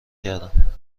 کردند